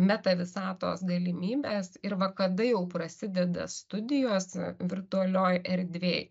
meta visatos galimybes ir va kada jau prasideda studijos virtualioj erdvėj